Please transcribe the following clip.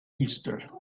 easter